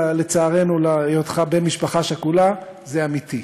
לצערנו, מעבר להיותך בן למשפחה שכולה, זה אמיתי.